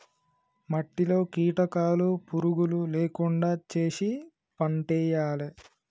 మట్టిలో కీటకాలు పురుగులు లేకుండా చేశి పంటేయాలే